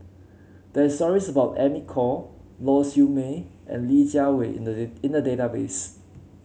there is stories about Amy Khor Lau Siew Mei and Li Jiawei in the in the database